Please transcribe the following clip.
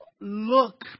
look